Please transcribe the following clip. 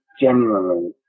genuinely